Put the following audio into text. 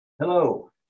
Hello